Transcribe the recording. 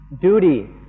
duty